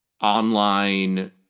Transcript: online